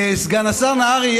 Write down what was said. סגן השר נהרי,